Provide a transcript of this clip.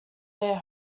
their